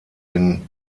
den